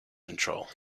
control